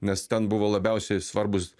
nes ten buvo labiausiai svarbūs